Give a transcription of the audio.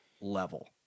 level